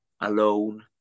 alone